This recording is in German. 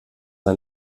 ein